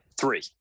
three